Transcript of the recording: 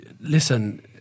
listen